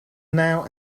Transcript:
now